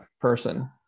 person